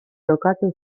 jokatu